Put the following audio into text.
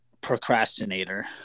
procrastinator